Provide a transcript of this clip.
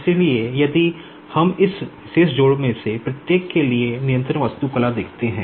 इसलिए यदि हम इस विशेष जोड़ में से प्रत्येक के लिए नियंत्रण वास्तुकला देखते हैं